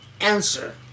answer